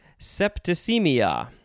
septicemia